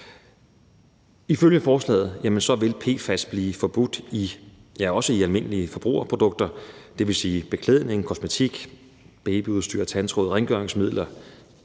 Ifølge forslaget vil PFAS blive forbudt i også almindelige forbrugerprodukter. Det vil sige, at man i forhold til beklædning, kosmetik, babyudstyr, tandtråd og rengøringsmidler